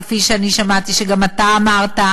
כפי שאני שמעתי שגם אתה אמרת,